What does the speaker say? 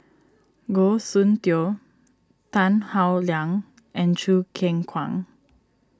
Goh Soon Tioe Tan Howe Liang and Choo Keng Kwang